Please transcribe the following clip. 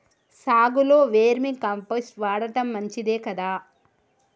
సాగులో vermicompost వాడటం మంచిదే కదా?